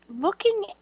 Looking